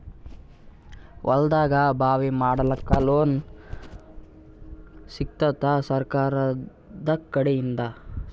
ಹೊಲದಾಗಬಾವಿ ಮಾಡಲಾಕ ಲೋನ್ ಸಿಗತ್ತಾದ ಸರ್ಕಾರಕಡಿಂದ?